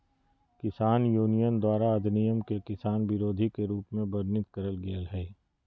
किसान यूनियन द्वारा अधिनियम के किसान विरोधी के रूप में वर्णित करल गेल हई